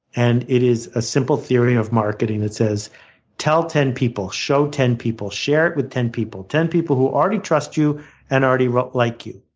and it is a simple theory of marketing that says tell ten people, show ten people, share it with ten people ten people who already trust you and already like you.